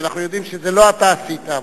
כי אנחנו יודעים שאת זה לא אתה עשית,